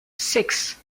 six